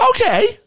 Okay